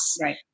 right